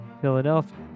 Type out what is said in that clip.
Philadelphia